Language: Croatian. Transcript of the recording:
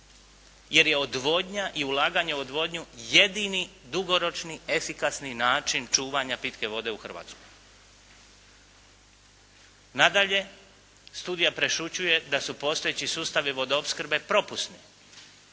jer je odvodnja i ulaganje u odvodnju jedini dugoročni efikasni način čuvanja pitke vode u Hrvatskoj. Nadalje, studija prešućuje da su postojeći sustavi vodoopskrbe propusni,